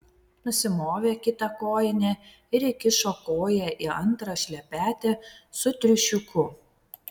nusimovė kitą kojinę ir įkišo koją į antrą šlepetę su triušiuku